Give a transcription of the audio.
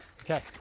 okay